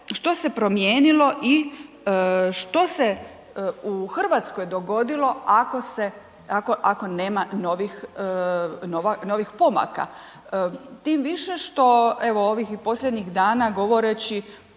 što se promijenilo i što se u Hrvatskoj dogodilo ako nema novih pomaka. Tim više što evo ovih posljednjih dana govoreći